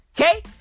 Okay